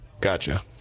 Gotcha